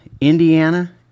Indiana